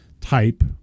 type